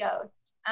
Ghost